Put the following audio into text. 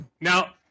now